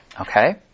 Okay